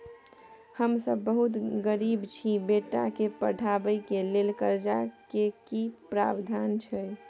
हम सब बहुत गरीब छी, बेटा के पढाबै के लेल कर्जा के की प्रावधान छै?